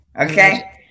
Okay